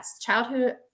childhood